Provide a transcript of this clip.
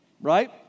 Right